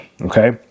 okay